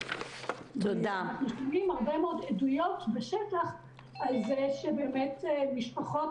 אנחנו מקבלים הרבה מאוד עדויות בשטח על זה שבאמת משפחות